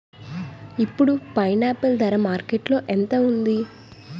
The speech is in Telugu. ఇప్పుడు పైనాపిల్ ధర మార్కెట్లో ఎంత ఉంది?